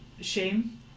shame